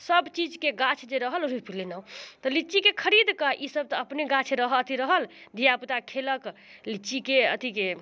सबचीजके गाछ जे रहल रोपि लेलहुँ तऽ लिच्चीके खरीद कऽ ई सब तऽ अपने गाछ रहै अथी रहल धिआपुता खेलक लिच्चीके अथीके